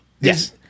Yes